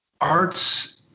Arts